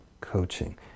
coaching